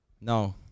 No